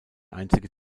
einzige